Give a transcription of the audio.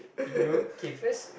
you K first